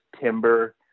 timber